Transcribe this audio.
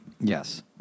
Yes